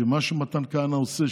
שמה שמתן כהנא עושה,